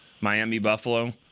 Miami-Buffalo